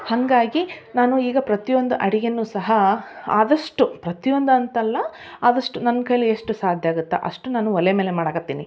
ಹಾಗಾಗಿ ನಾನು ಈಗ ಪ್ರತಿ ಒಂದು ಅಡುಗೇನೂ ಸಹ ಆದಷ್ಟು ಪ್ರತಿಯೊಂದು ಅಂತಲ್ಲ ಆದಷ್ಟು ನನ್ನ ಕೈಲಿ ಎಷ್ಟು ಸಾಧ್ಯ ಆಗುತ್ತೆ ಅಷ್ಟು ನಾನು ಒಲೆ ಮೇಲೆ ಮಾಡೋಕತ್ತೀನಿ